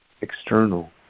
external